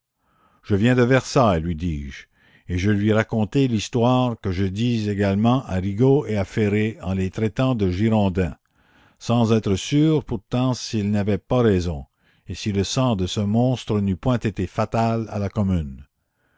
je viens de versailles lui dis-je et je lui la commune racontai l'histoire que je dis également à rigaud et à ferré en les traitant de girondins sans être sûre pourtant s'ils n'avaient pas raison et si le sang de ce monstre n'eût point été fatal à la commune